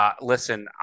Listen